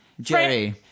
Jerry